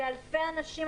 באלפי אנשים.